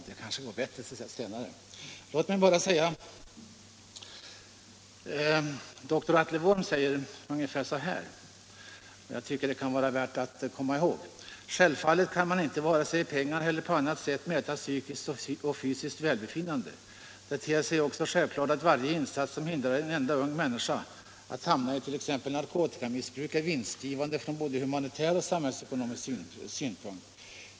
Det kanske går bättre vid ett senare tillfälle. Dr Atle Wohrm säger ungefär så här, och jag tycker det kan vara värt att komma ihåg: Självfallet kan man inte vare sig i pengar eller på annat sätt mäta psykiskt och fysiskt välbefinnande. Det ter sig också självklart att varje insats som hindrar en enda ung människa att hamna it.ex. narkotikamissbruk är vinstgivande från både humanitär och samhällsekonomisk synpunkt.